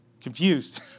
confused